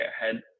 ahead